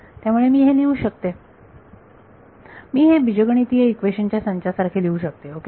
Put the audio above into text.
त्यामुळे मी हे लिहू शकते मी हे बीजगणितीय इक्वेशन्स च्या संचासारखे लिहू शकते ओके